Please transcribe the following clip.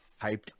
hyped